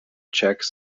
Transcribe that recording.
czech